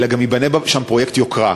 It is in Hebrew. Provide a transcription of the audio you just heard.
אלא גם ייבנה שם פרויקט יוקרה.